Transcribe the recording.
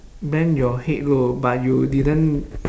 bend your head low but you didn't